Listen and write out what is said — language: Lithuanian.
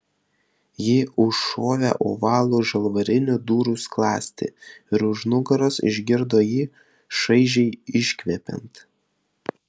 ji užšovė ovalų žalvarinį durų skląstį ir už nugaros išgirdo jį šaižiai iškvepiant